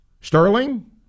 Sterling